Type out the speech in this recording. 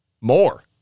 more